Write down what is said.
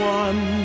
one